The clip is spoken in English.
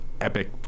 epic